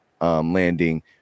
landing